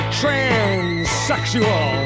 transsexual